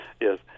Yes